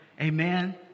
Amen